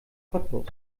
cottbus